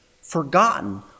forgotten